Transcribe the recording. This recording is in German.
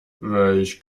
welch